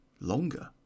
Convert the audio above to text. longer